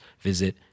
visit